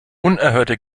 unerhörte